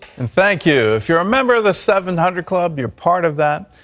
and thank you. if you're a member of the seven hundred club, you're part of that.